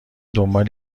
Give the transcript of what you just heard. دنبال